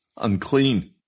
unclean